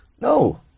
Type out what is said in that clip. No